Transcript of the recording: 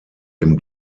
dem